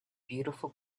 beautiful